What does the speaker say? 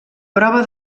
prova